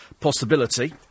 possibility